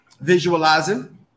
visualizing